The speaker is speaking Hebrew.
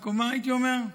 רק הייתי אומר: